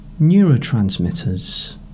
neurotransmitters